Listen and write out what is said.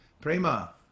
Prema